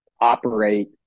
operate